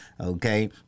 Okay